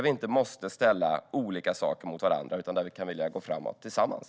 Vi måste inte ställa olika saker mot varandra utan kan vilja gå framåt tillsammans.